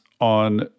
on